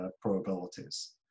probabilities